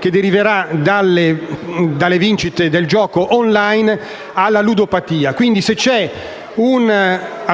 che deriverà dalle vincite del gioco *online* alla cura della ludopatia. Quindi, se c'è una